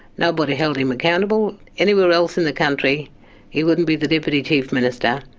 nobody held him accountable. anywhere else in the country he wouldn't be the deputy chief minister.